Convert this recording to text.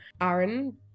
aaron